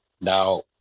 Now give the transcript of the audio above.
now